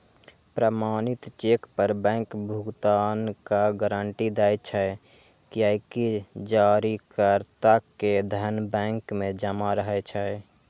प्रमाणित चेक पर बैंक भुगतानक गारंटी दै छै, कियैकि जारीकर्ता के धन बैंक मे जमा रहै छै